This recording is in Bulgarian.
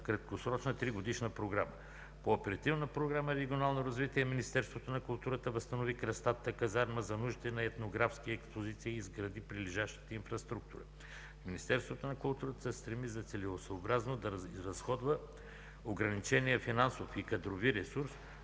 краткосрочна тригодишна програма. По Оперативна програма „Регионално развитие” Министерството на културата възстанови Кръстатата казарма за нуждите на етнографски експозиции и изгради прилежаща инфраструктура. Министерството на културата се стреми за целесъобразност да изразходва ограничения финансов и кадрови ресурс